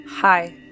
Hi